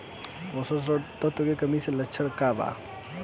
पोषक तत्व के कमी के लक्षण का वा?